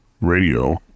radio